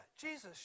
Jesus